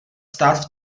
stát